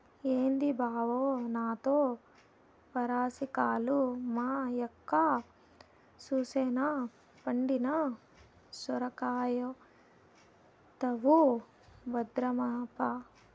ఏంది బావో నాతో పరాసికాలు, మా యక్క సూసెనా పండిన సొరకాయైతవు భద్రమప్పా